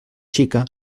xica